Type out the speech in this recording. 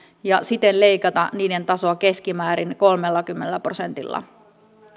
ja siten leikata sen tasoa keskimäärin kolmellakymmenellä prosentilla